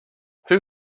who